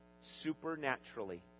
supernaturally